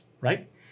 right